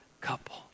couple